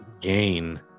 gain